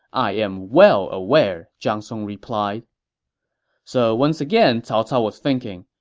i am well aware, zhang song replied so once again, cao cao was thinking,